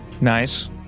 Nice